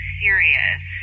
serious